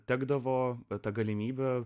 tekdavo tą galimybę